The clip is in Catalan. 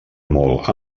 molt